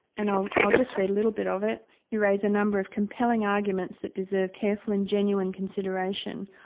and i'll i'll just read a little bit of it you raise a number of compelling arguments that deserve careful and genuine consideration.